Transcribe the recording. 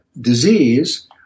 disease